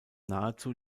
nahezu